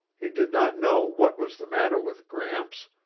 he did not know what was the matter with gramps,